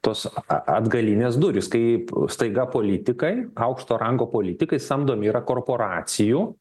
tos a atgalinės durys kaip staiga politikai aukšto rango politikai samdomi yra korporacijų